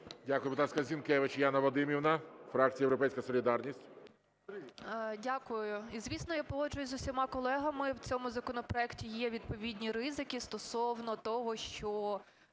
Дякую. Звісно, я погоджуюсь з усіма колегами, в цьому законопроекті є відповідні ризики стосовно того, що